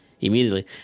immediately